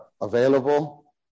available